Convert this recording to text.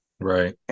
Right